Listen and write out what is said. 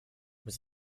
was